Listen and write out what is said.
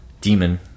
Demon